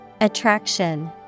Attraction